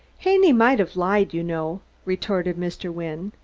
haney might have lied, you know, retorted mr. wynne.